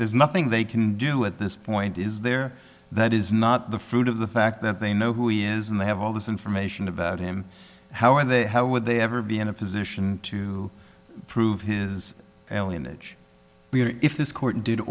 there's nothing they can do at this point is there that is not the fruit of the fact that they know who he is and they have all this information about him how are they how would they ever be in a position to prove his alien age if this court